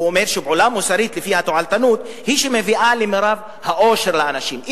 הוא אומר שפעולה מוסרית לפי התועלתנות היא שמביאה למרב האושר לאנשים,